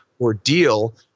ordeal